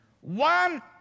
One